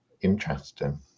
interesting